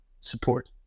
support